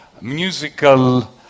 musical